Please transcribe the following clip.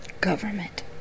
Government